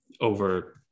over